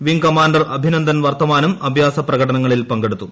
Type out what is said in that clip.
wing commander Abhinandan വർദ്ധമാനും അഭ്യാസ പ്രകടനങ്ങളിൽ പങ്കെടുത്തു